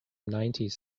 nineties